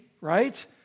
right